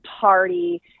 party